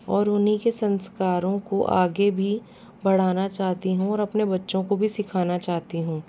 और उन्हीं के संस्कारों को आगे भी बढ़ाना चाहती हूँ और अपने बच्चों को भी सिखाना चाहती हूँ